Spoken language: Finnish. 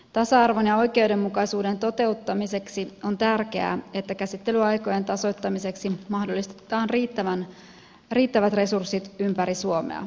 tasa arvon ja oikeudenmukaisuuden toteuttamiseksi on tärkeää että käsittelyaikojen tasoittamiseksi mahdollistetaan riittävät resurssit ympäri suomea